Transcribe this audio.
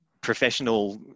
professional